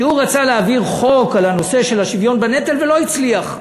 שרצה להעביר חוק על הנושא של השוויון בנטל ולא הצליח.